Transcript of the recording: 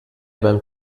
beim